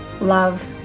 love